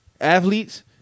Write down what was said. athletes